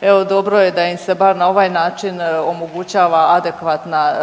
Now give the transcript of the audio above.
Evo dobro je da im se bar na ovaj način omogućava adekvatna